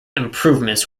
improvements